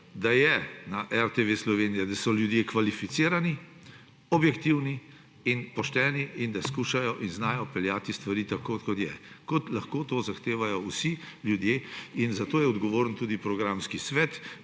da so na RTV Slovenija ljudje kvalificirani, objektivni, pošteni ter da skušajo in znajo peljati stvari, tako kot so; kot lahko to zahtevajo vsi ljudje. In za to je odgovoren tudi programski svet,